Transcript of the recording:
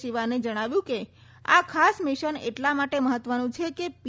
સિવાને જણાવ્યું છે કે આ ખાસ મિશન એટલા માટે મહત્વનું છે કે પી